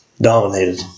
dominated